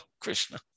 Krishna